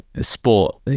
sport